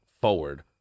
forward